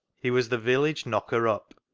he was the village knocker-up,